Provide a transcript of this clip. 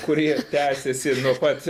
kuri tęsiasi nuo pat